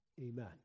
amen